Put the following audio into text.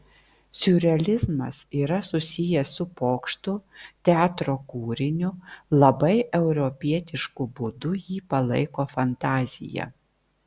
siurrealizmas yra susijęs su pokštu teatro kūriniu labai europietišku būdu jį palaiko fantazija